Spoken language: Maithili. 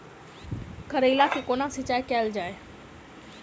करैला केँ कोना सिचाई कैल जाइ?